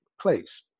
place